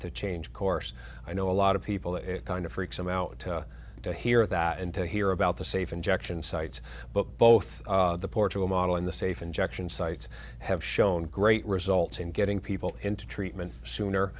to change course i know a lot of people it kind of freaks them out to hear that and to hear about the safe injection sites but both the portable model in the safe injection sites have shown great results in getting people into treatment sooner